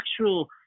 actual